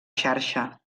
xarxa